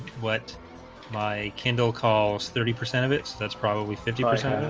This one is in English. what my kindle calls thirty percent of its that's probably fifty percent